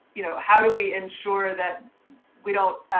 you know how do we ensure that we don't